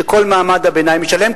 שכל מעמד הביניים ישלם,